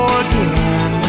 again